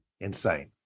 insane